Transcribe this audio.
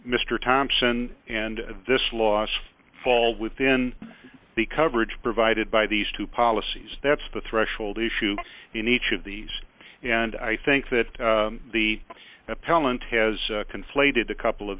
mr thompson and this last fall within the coverage provided by these two policies that's the threshold issue in each of these and i think that the appellant has conflated a couple of